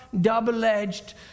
double-edged